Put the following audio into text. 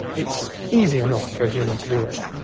it's easy and for a human to do it,